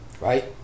Right